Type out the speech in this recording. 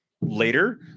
later